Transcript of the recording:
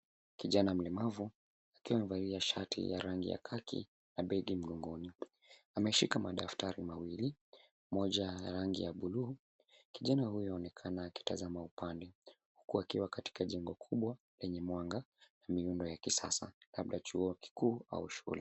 Kijana mlemavu akiwa amevalia shati ya rangi ya khaki na begi mgongoni. Ameshika madaftari mawili; moja ya rangi ya bluu. Kijana huyu anaonekana akitazama upande, huku akiwa katika jengo kubwa lenye mwanga na miundo ya kisasa labda chuo kikuu au shule.